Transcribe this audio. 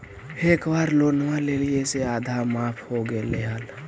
एक बार लोनवा लेलियै से आधा माफ हो गेले हल?